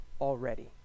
already